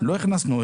לא הכנסנו,